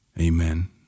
Amen